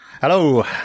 Hello